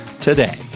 today